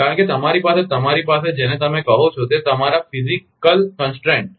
કારણ કે તમારી પાસે તમારી પાસે જેને તમે કહો છો તે તમારા ફિઝિકલ કંસ્ટ્રેન્ટ છે